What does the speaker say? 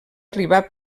arribar